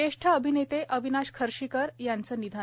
जेष्ठ अभिनेते अविनाश खर्शीकर यांचं निधन